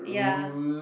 ya